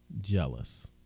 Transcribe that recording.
jealous